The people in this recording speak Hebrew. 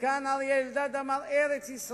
כאן אריה אלדד אמר ארץ-ישראל,